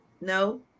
no